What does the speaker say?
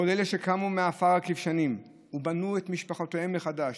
כל אלה שקמו מעפר הכבשנים ובנו את משפחותיהם מחדש,